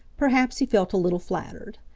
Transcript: perhaps he felt a little flattered.